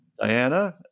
Diana